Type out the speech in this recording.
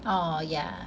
oh yeah